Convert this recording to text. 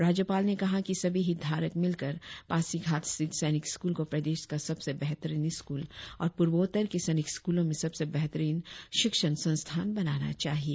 राज्यपाल ने कहा की सभी हितधारक मिलकर पासीघाट स्थित सैनिक स्कूल को प्रदेश का सबसे बेहतरीन स्कूल और पूर्वोत्तर के सैनिक स्कूलों में सबसे बेहतरीन शिक्षण संस्थान बनाना चाहिए